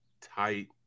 tight